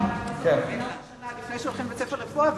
יש מכינה של שנה לפני שהולכים לבית-ספר לרפואה,